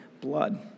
blood